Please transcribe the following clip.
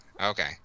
okay